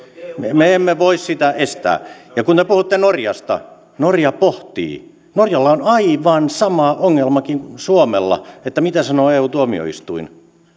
me emme voi sitä estää ja kun te puhutte norjasta norja pohtii norjalla on aivan sama ongelmakin kuin suomella että mitä sanoo eu tuomioistuin